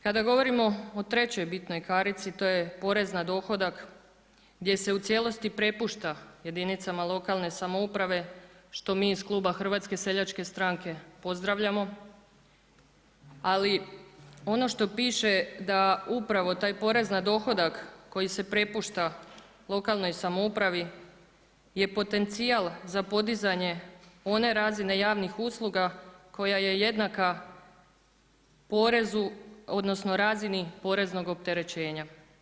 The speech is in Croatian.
Kada govorimo o trećoj bitnoj karici, to je porez na dohodak gdje se u cijelosti prepušta jedinicama lokalne samouprave što mi iz kluba HSS-a pozdravljamo, ali ono što piše da upravo taj porez na dohodak koji se prepušta lokalnoj samoupravi je potencijal za podizanje one razine javnih usluga koja je jednaka porezu odnosno razini poreznog opterećenja.